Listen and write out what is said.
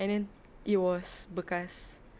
and then it was bekas